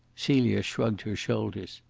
celia shrugged her shoulders.